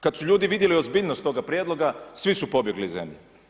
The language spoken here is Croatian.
Kad su ljudi vidjeli ozbiljnost toga prijedloga, svi su pobjegli iz zemlje.